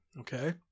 Okay